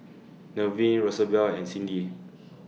Nevin Rosabelle and Cindi